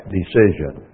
decision